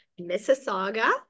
Mississauga